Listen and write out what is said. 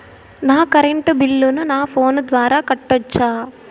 నా కరెంటు బిల్లును నా ఫోను ద్వారా కట్టొచ్చా?